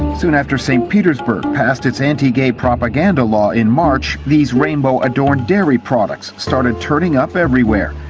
soon after st petersburg passed its anti-gay propaganda law in march, these rainbow-adorned dairy products started turning up everywhere.